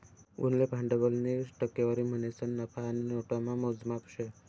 उनले भांडवलनी टक्केवारी म्हणीसन नफा आणि नोटामा मोजमाप शे